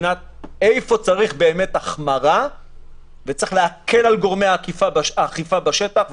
מבחינת איפה צריך החמרה וצריך להקל על גורמי האכיפה בשטח,